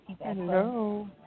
Hello